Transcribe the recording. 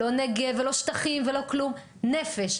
לא נגב, לא שטחים ולא כלום נפש.